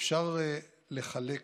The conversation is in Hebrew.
אפשר לחלק